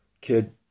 kid